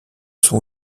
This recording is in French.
sont